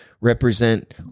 represent